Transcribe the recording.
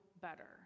better